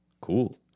Cool